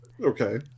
Okay